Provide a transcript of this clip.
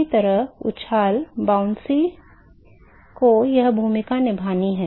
किसी तरह उछाल को यहां भूमिका निभानी है